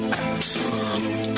absolute